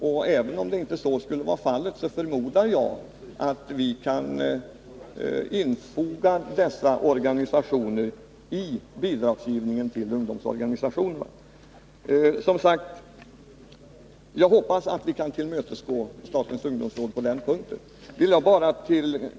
Och även om så inte skulle vara fallet, förmodar jag att vi kan infoga dessa organisationer bland de bidragsberättigade ungdomsorganisationerna. Jag hoppas som sagt att vi kan tillmötesgå statens ungdomsråd på denna punkt.